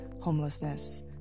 Homelessness